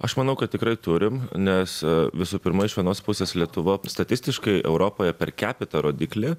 aš manau kad tikrai turim ne su visu pirma iš vienos pusės lietuva statistiškai europoje per kepita rodiklį